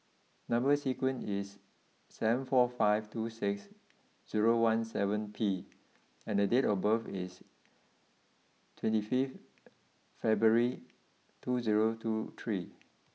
number sequence is seven four five two six zero one seven P and date of birth is twenty fifth February two zero two three